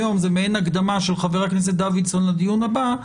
מעין הקדמה של חבר הכנסת דוידסון לדיון הבא.